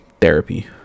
Therapy